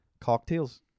cocktails